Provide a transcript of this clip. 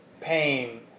pain